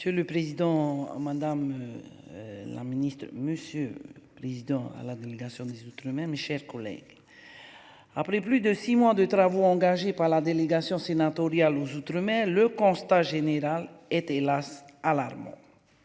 Monsieur le Président Madame. La Ministre Monsieur. Président à la délégation des outre-. Mes chers collègues. Après plus de six mois de travaux engagés par la délégation sénatoriale aux outre-mer le constat général est hélas alarmant.